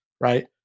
right